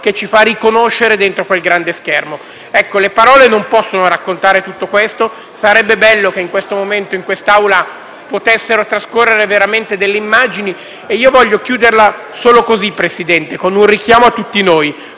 che ci fa riconoscere dentro quel grande schermo. Ecco, le parole non possono raccontare tutto questo. Sarebbe bello che, in questo momento, in quest'Aula potessero trascorrere veramente delle immagini. Vorrei concludere il mio intervento così, signor Presidente, con un richiamo a tutti noi.